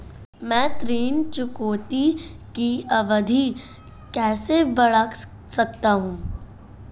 मैं ऋण चुकौती की अवधि कैसे बढ़ा सकता हूं?